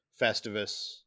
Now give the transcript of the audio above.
festivus